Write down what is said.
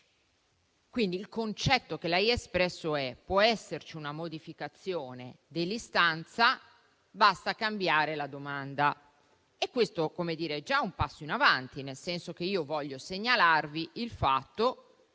Il concetto che lei ha espresso è che può esserci una modificazione dell'istanza, basta cambiare la domanda. Questo è già un passo in avanti. Io voglio segnalarvi il fatto che